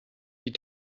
die